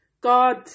God